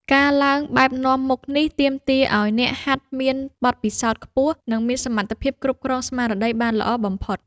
ការឡើងបែបនាំមុខនេះ ទាមទារឱ្យអ្នកហាត់មានបទពិសោធន៍ខ្ពស់ និងមានសមត្ថភាពគ្រប់គ្រងស្មារតីបានល្អបំផុត។